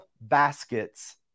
baskets